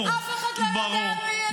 אף אחד לא יודע מי אני.